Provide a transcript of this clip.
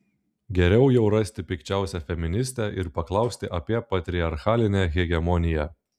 geriau jau rasti pikčiausią feministę ir paklausti apie patriarchalinę hegemoniją